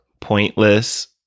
pointless